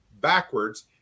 backwards